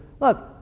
Look